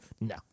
No